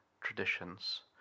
traditions